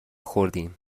خوردیم